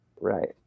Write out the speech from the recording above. right